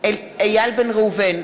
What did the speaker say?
איל בן ראובן,